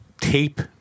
Tape